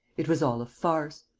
it was all a farce,